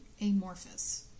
amorphous